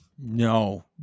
no